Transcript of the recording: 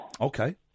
Okay